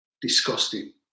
Disgusting